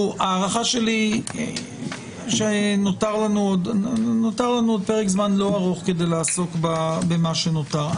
להערכתי נותר לנו עוד פרק זמן לא ארוך כדי לעסוק במה שנותר.